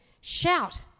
shout